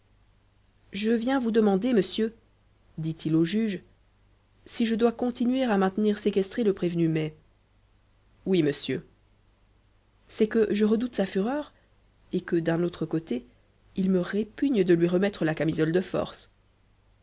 je viens vous demander monsieur dit-il au juge si je dois continuer à maintenir séquestré le prévenu mai oui monsieur c'est que je redoute sa fureur et que d'un autre côté il me répugne de lui remettre la camisole de force